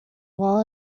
well